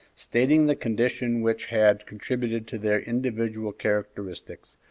stating the conditions which had contributed to their individual characteristics,